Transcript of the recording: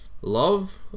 love